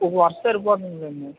ఒక వరుస సరిపోతుందేమో